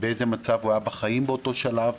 באיזה מצב הוא היה בחיים באותו שלב.